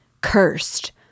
Cursed